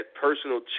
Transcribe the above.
personal